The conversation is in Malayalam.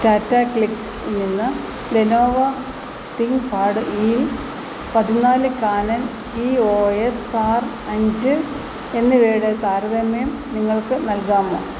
ടാറ്റ ക്ലിക്ക്ഇൽനിന്ന് ലെനോവാ തിങ്ക്പാഡ് ഈ പതിനാല് Canon E O S R അഞ്ച് എന്നിവയുടെ താരതമ്യം നിങ്ങൾക്ക് നൽകാമോ